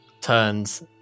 turns